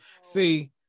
See